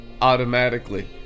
automatically